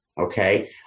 Okay